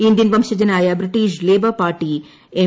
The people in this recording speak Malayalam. ഇന്ത്യൻ വംശജനായ ബ്രിട്ടീഷ് ലേബർ പാർട്ടി എം